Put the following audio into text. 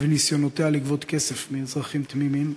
וניסיונותיה לגבות כסף מאזרחים תמימים?